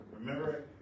Remember